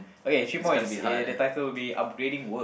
okay three points eh the title will be upgrading work